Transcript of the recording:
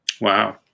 Wow